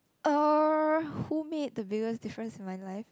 uh who made the biggest difference in my life